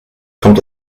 kommt